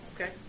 Okay